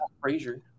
Frazier